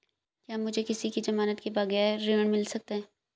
क्या मुझे किसी की ज़मानत के बगैर ऋण मिल सकता है?